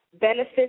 benefits